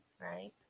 right